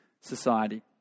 society